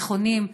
בתיכונים,